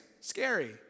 Scary